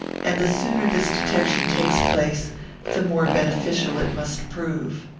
and the sooner this detection takes place the more beneficial it must prove.